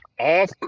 off